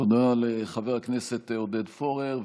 תודה לחבר הכנסת עודד פורר.